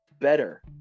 better